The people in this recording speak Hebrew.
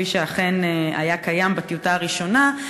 כפי שאכן היה קיים בטיוטה הראשונה,